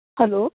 hello